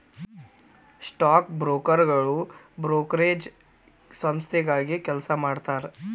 stock ಬ್ರೋಕರ್ಗಳು brokerage ಸಂಸ್ಥೆಗಾಗಿ ಕೆಲಸ ಮಾಡತಾರಾ